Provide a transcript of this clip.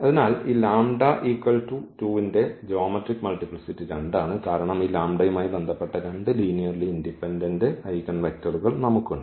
അതിനാൽ ഈ λ 2 ന്റെ ജ്യോമെട്രിക് മൾട്ടിപ്ലിസിറ്റി 2 ആണ് കാരണം ഈ ലാംഡയുമായി ബന്ധപ്പെട്ട രണ്ട് ലീനിയർലി ഇൻഡിപെൻഡന്റ് ഐഗൻവെക്ടറുകൾ നമുക്കുണ്ട്